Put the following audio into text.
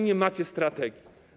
Nie macie strategii.